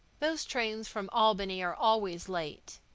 those trains from albany are always late.